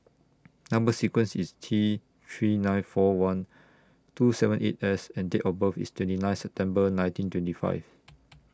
Number sequence IS T three nine four one two seven eight S and Date of birth IS twenty nine September nineteen twenty five